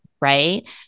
right